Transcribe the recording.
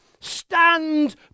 Stand